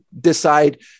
decide